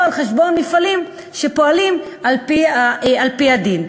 על חשבון מפעלים שפועלים על-פי הדין.